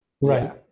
Right